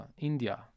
India